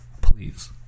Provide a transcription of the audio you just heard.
please